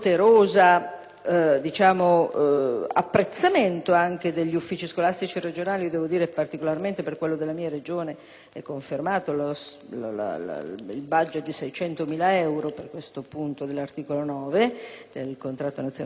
apprezzamento anche degli uffici scolastici regionali, particolarmente per quello della mia Regione, che conferma il *budget* di 600.000 euro per questo punto dell'articolo 9 del contratto nazionale di lavoro.